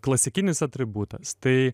klasikinis atributas tai